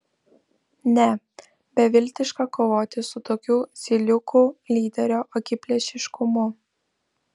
ne beviltiška kovoti su tokiu zyliukų lyderio akiplėšiškumu